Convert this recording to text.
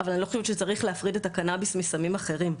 אבל אני לא חושבת שצריך להפריד את הקנאביס מסמים אחרים.